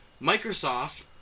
Microsoft